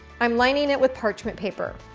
i'm lining it with parchment paper.